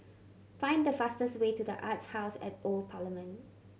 find the fastest way to The Arts House at the Old Parliament